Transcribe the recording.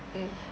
mm